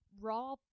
raw